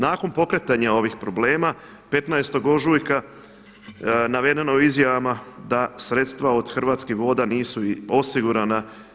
Nakon pokretanja ovih problema 15. ožujka navedeno je u izjavama da sredstva od Hrvatskih voda nisu osigurana.